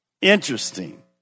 Interesting